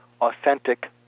authentic